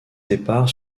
épars